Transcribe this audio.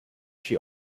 she